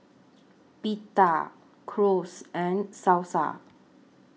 Pita Gyros and Salsa